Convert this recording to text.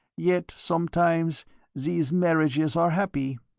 yet sometimes these marriages are happy.